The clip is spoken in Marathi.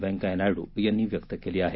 व्यंकय्या नायड् यांनी व्यक्त केली आहे